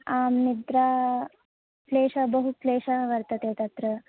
आम् निद्रा क्लेशः बहु क्लेशः वर्तते तत्र